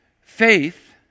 Faith